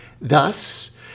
Thus